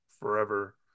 forever